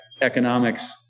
economics